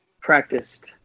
practiced